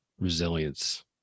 resilience